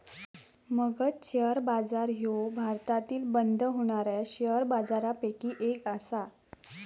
Magadh share बाजार ह्यो भारतातील बंद होणाऱ्या शेअर बाजारपैकी एक आसा